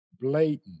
blatant